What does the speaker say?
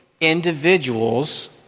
individuals